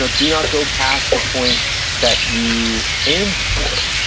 ah do not go past the point that you aimed for.